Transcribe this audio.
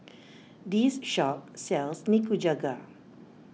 this shop sells Nikujaga